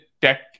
tech